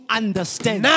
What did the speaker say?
understand